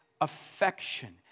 affection